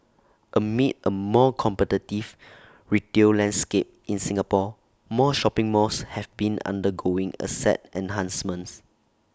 amid A more competitive retail landscape in Singapore more shopping malls have been undergoing asset enhancements